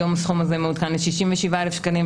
היום הסכום מעודכן ל-67,000 שקלים.